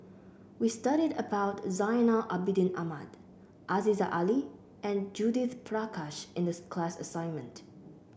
we studied about Zainal Abidin Ahmad Aziza Ali and Judith Prakash in the class assignment